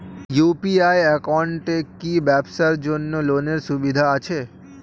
UPI একাউন্টে কি ব্যবসার জন্য লোনের সুবিধা আছে?